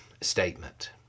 statement